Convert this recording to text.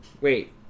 Wait